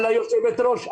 על היושבת ראש,